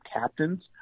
captains